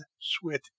sweat